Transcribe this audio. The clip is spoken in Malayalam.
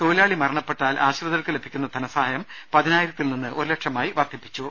തൊഴിലാളി മരണപ്പെട്ടാൽ ആശ്രിതർക്ക് ലഭിക്കുന്ന ധനസ ഹായം പതിനായിരത്തിൽ നിന്ന് ഒരു ലക്ഷമായും വർദ്ധിപ്പിച്ചു